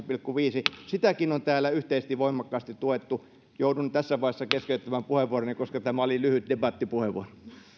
pilkku viidennen sitäkin on täällä yhteisesti voimakkaasti tuettu joudun tässä vaiheessa keskeyttämään puheenvuoroni koska tämä oli lyhyt debattipuheenvuoro